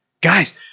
Guys